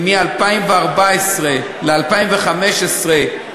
ומ-2014 ל-2015,